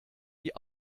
die